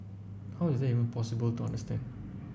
how is that even possible to understand